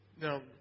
Now